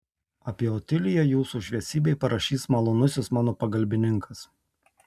apie otiliją jūsų šviesybei parašys malonusis mano pagalbininkas